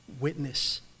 witness